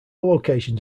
locations